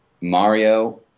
Mario